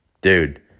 dude